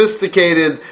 sophisticated